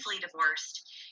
divorced